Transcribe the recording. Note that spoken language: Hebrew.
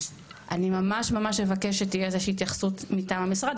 אני ממש ממש אבקש שתהיה איזו שהיא התייחסות מטעם המשרד,